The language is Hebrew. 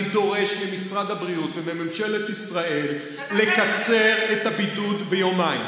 אני דורש ממשרד הבריאות ומממשלת ישראל לקצר את הבידוד ביומיים.